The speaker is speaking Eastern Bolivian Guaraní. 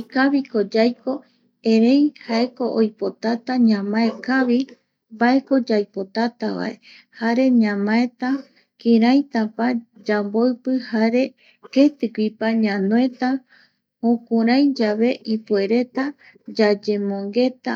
Ikaviko yaiko erei jaeko oipotata ñamae kavi mbaeko yaipotatavae jare ñamaeta kiraitapa yamboipi jare ketigui pa ñanoeta jokurai yave ipuereta yayemongeta,